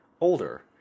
older